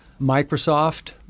Microsoft